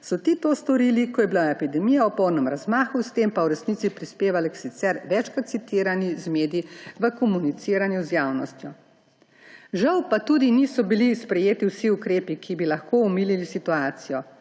so ti to storili, ko je bila epidemija v polnem razmahu, s tem pa v resnici prispevali k sicer večkrat citirani zmedi v komuniciranju z javnostjo. Žal pa tudi niso bili sprejeti vsi ukrepi, ki bi lahko omilili situacijo.